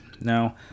now